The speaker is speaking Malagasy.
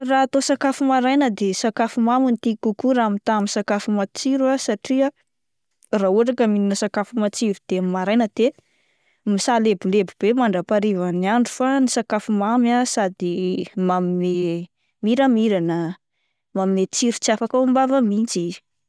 Raha atao sakafo maraina de sakafo mamy no tiako kokoa raha mitaha amin'ny sakafo matsiro ah satria raha ohatra ka minana sakafo matsiro dieny maraina de misalebolebo be mandrampaha ariva ny an'andro fa ny sakafo mamy sady manome miramirana ah, manome tsiro tsy afaka ao am-bava mihintsy.